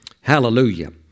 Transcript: Hallelujah